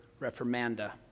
reformanda